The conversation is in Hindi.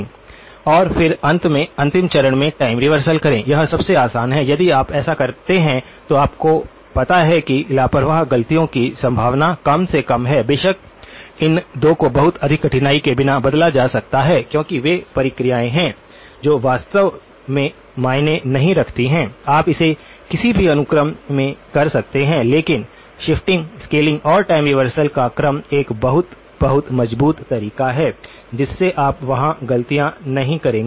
और फिर अंत में अंतिम चरण में टाइम रिवर्सल करें यह सबसे आसान है यदि आप ऐसा करते हैं तो आपको पता है कि लापरवाह ग़लतियों की संभावना कम से कम हैबेशक इन 2 को बहुत अधिक कठिनाई के बिना बदला जा सकता है क्योंकि वे प्रक्रियाएं हैं जो वास्तव में मायने नहीं रखती हैं आप इसे किसी भी अनुक्रम में कर सकते हैं लेकिन शिफ्टिंग स्केलिंग और टाइम रिवर्सल का क्रम एक बहुत बहुत मजबूत तरीका है जिससे आप वहां गलतियां नहीं करेंगे